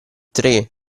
tre